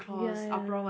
ya ya